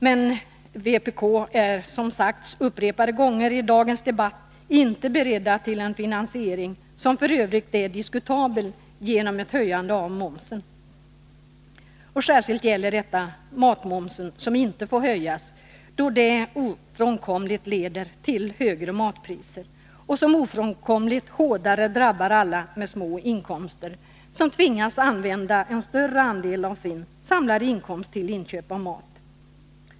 Men vpk är, som sagts upprepade gånger i dagens debatt, inte berett till en finansiering — som f. ö. är diskutabel — genom ett höjande av momsen. Särskilt gäller detta matmomsen som inte får höjas, då en höjning ofrånkomligt leder till högre matpriser, vilket ofrånkomligt hårdare drabbar alla med små inkomster som tvingas använda en större del av sin sammanlagda inkomst till inköp av mat.